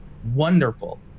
wonderful